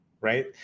right